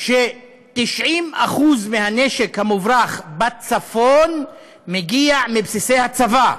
ש-90% מהנשק המוברח בצפון מגיע מבסיסי הצבא.